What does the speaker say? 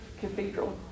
cathedral